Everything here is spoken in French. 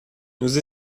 nous